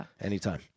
anytime